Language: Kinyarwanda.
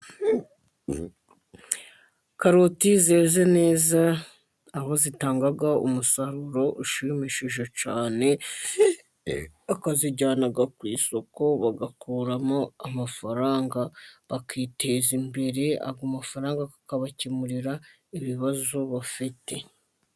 Karoti zeze neza aho zitanga umusaruro ushimishije cyane, bakazijyana ku isoko bagakuramo amafaranga bakiteza imbere amafaranga akabakemurira ibibazo bafite.